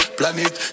planet